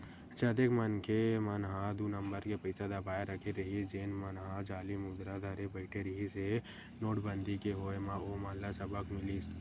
जतेक मनखे मन ह दू नंबर के पइसा दबाए रखे रहिस जेन मन ह जाली मुद्रा धरे बइठे रिहिस हे नोटबंदी के होय म ओमन ल सबक मिलिस